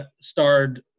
starred